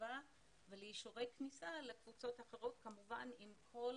למחשבה ולאישורי כניסה לקבוצות האחרות כמובן עם כל